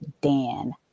Dan